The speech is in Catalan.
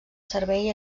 servei